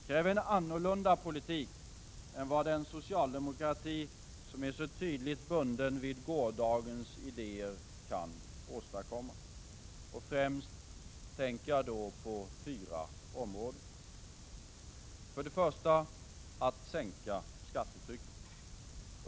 Det kräver en annorlunda politik än vad den socialdemokrati som är så tydligt bunden vid gårdagens idéer kan åstadkomma. Främst tänker jag på fyra områden. För det första: Vi måste sänka skattetrycket.